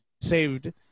saved